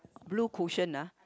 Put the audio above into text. blue cushion lah